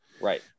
Right